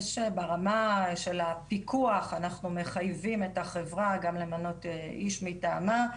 ברמה של הפיקוח אנחנו מחייבים את החברה גם למנות איש מטעמה,